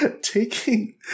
taking